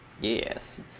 Yes